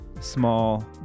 small